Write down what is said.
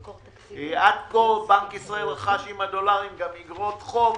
עד כה בנק ישראל רכש עם הדולרים גם אגרות חוב